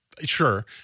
sure